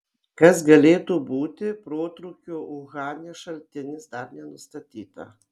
kas galėtų būti protrūkio uhane šaltinis dar nenustatyta